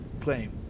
claim